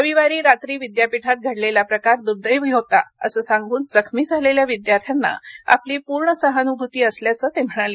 रविवारी रात्री विद्यापीठात घडलेला प्रकार दुर्देवी होता असं सांगून जखमी झालेल्या विद्यार्थ्यांना आपली पूर्ण सहानुभूती असल्याचं ते म्हणाले